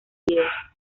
líder